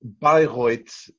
Bayreuth